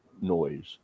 noise